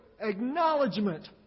acknowledgement